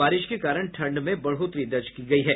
बारिश के कारण ठंड में बढ़ोतरी दर्ज की गयी है